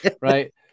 Right